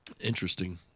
interesting